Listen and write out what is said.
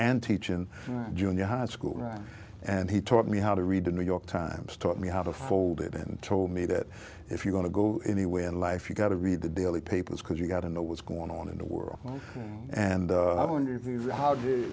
and teach in junior high school and he taught me how to read the new york times taught me how to fold it and told me that if you're going to go anywhere in life you've got to read the daily papers because you've got to know what's going on in the world and i wonder how